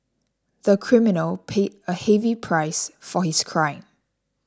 the criminal paid a heavy price for his crime